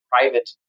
private